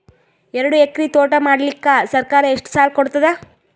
ಎರಡು ಎಕರಿ ತೋಟ ಮಾಡಲಿಕ್ಕ ಸರ್ಕಾರ ಎಷ್ಟ ಸಾಲ ಕೊಡತದ?